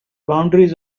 boundaries